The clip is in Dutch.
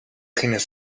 gingen